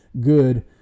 good